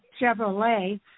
Chevrolet